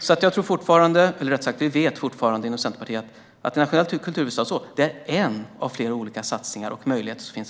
Inom Centerpartiet vet vi fortfarande att ett nationellt kulturhuvudstadsår är en av flera olika satsningar och möjligheter som finns.